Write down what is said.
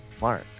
mark